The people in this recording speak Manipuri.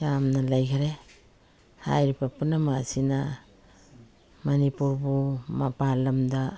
ꯌꯥꯝꯅ ꯂꯩꯒꯔꯦ ꯍꯥꯏꯔꯤꯕ ꯄꯨꯝꯅꯃꯛ ꯑꯁꯤꯅ ꯃꯅꯤꯄꯨꯔꯕꯨ ꯃꯄꯥꯟ ꯂꯝꯗ